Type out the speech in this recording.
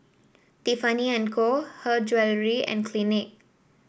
Tiffany And Co Her Jewellery and Clinique